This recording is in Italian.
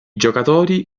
giocatori